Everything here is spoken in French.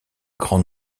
grand